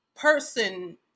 Person